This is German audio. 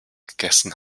gegessen